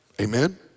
Amen